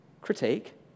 critique